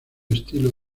estilo